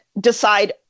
decide